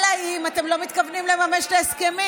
אלא אם כן אתם לא מתכוונים לממש את ההסכמים.